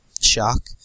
shock